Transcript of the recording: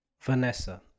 Vanessa